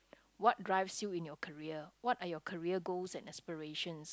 what drives you in your career what are your career goals and aspirations